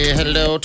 hello